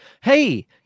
hey